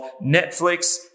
Netflix